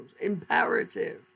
Imperative